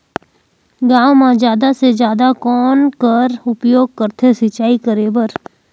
गांव म जादा से जादा कौन कर उपयोग करथे सिंचाई करे बर?